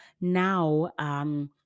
now